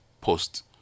post